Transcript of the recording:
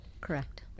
correct